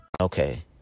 Okay